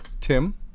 Tim